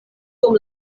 dum